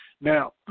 Now